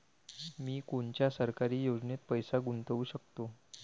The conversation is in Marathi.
मी कोनच्या सरकारी योजनेत पैसा गुतवू शकतो?